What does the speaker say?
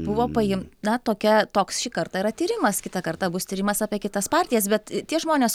buvo paim na tokia toks šį kartą yra tyrimas kitą kartą bus tyrimas apie kitas partijas bet tie žmonės